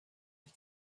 ich